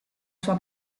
sua